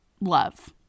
love